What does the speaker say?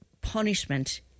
punishment